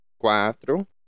quatro